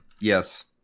Yes